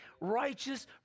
righteous